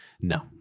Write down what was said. No